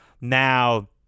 now